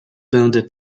będę